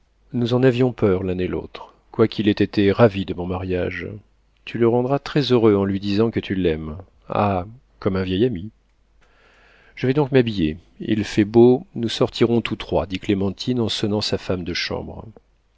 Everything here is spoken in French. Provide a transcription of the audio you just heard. nous en avions peur l'un et l'autre quoiqu'il ait été ravi de mon mariage tu le rendras très-heureux en lui disant que tu l'aimes ah comme un vieil ami je vais donc m'habiller il fait beau nous sortirons tous trois dit clémentine en sonnant sa femme de chambre